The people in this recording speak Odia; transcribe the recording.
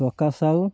ପ୍ରକାଶ ସାହୁ